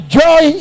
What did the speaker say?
joy